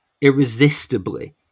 irresistibly